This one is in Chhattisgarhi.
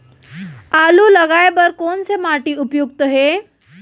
आलू लगाय बर कोन से माटी उपयुक्त हे?